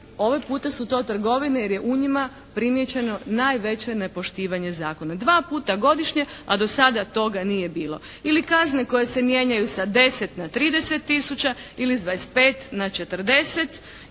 ovaj puta su to trgovine jer je u njima primijećeno najveće nepoštivanje zakona. Dva puta godišnje, a do sada toga nije bilo, ili kazne koje se mijenjaju sa 10 na 30 tisuća ili s 25 na 40 i